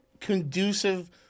conducive